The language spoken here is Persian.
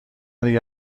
دیگه